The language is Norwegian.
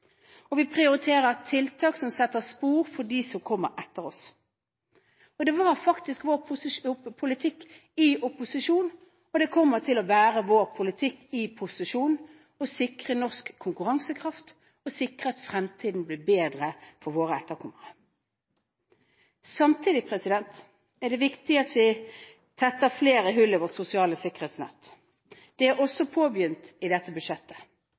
og vi prioriterer tiltak som setter spor for dem som kommer etter oss. Det var vår politikk i opposisjon, og det kommer til å være vår politikk i posisjon, å sikre norsk konkurransekraft og sikre at fremtiden blir bedre for våre etterkommere. Samtidig er det viktig at vi tetter flere hull i vårt sosiale sikkerhetsnett. Det er også påbegynt i dette budsjettet.